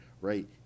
right